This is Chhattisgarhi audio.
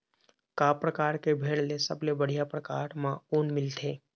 का परकार के भेड़ ले सबले बढ़िया परकार म ऊन मिलथे?